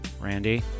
Randy